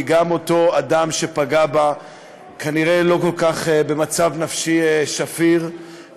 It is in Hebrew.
כי גם אותו אדם שפגע בה כנראה לא במצב נפשי כל כך שפיר,